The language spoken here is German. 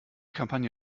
kampagne